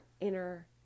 inner